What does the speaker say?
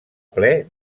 ple